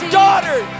daughter